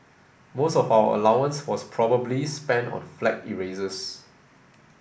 most of our allowance was probably spent on flag erasers